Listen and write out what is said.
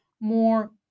more